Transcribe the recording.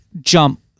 jump